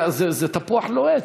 זה תפוח לוהט.